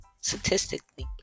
statistically